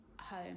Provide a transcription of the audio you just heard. home